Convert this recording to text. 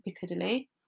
Piccadilly